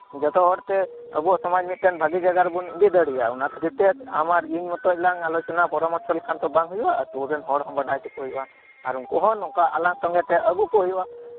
ᱡᱚᱛᱚᱦᱚᱲᱛᱮ ᱟᱵᱩᱣᱟᱜ ᱥᱚᱢᱟᱡ ᱢᱤᱫᱴᱮᱱ ᱵᱷᱟᱜᱤ ᱡᱟᱭᱜᱟ ᱨᱮᱵᱩᱱ ᱤᱫᱤ ᱫᱟᱲᱤᱭᱟᱜᱼᱟ ᱚᱱᱟᱠᱷᱟᱹᱛᱤᱨ ᱛᱮ ᱟᱢ ᱟᱨ ᱤᱧ ᱞᱟᱝ ᱟᱞᱚᱪᱚᱱᱟ ᱯᱚᱨᱟᱢᱚᱨᱥᱚ ᱞᱮᱠᱷᱟᱱ ᱛᱚ ᱵᱟᱝᱦᱩᱭᱩᱜ ᱟ ᱟᱛᱩᱨᱮᱱ ᱦᱚᱲ ᱦᱚᱸ ᱵᱟᱰᱟᱭ ᱟᱨ ᱩᱱᱠᱩ ᱦᱚᱸ ᱱᱚᱝᱠᱟ ᱟᱞᱟᱝ ᱥᱚᱸᱜᱮᱛᱮ ᱟᱹᱜᱩᱠᱩ ᱦᱩᱭᱩᱜ ᱟ